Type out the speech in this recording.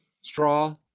Straw